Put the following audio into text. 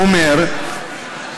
אומר,